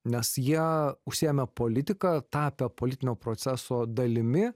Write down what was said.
nes jie užsiėmę politika tapę politinio proceso dalimi